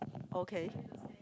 okay